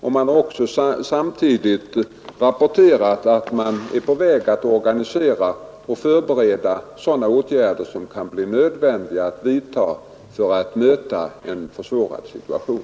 Det har samtidigt rapporterats att man håller på att förbereda och organisera sådana åtgärder som kan bli nödvändiga att vidtaga för att möta en förvärrad situation.